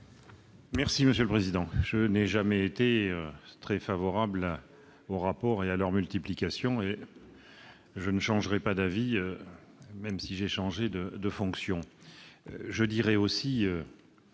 l'avis du Gouvernement ? Je n'ai jamais été très favorable aux rapports et à leur multiplication. Je ne changerai pas d'avis, même si j'ai changé de fonctions.